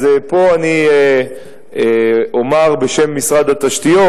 פה אני אומר בשם משרד התשתיות,